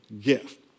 gift